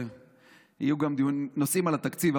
יהיו גם נושאים על התקציב,